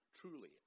truly